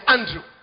Andrew